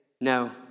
no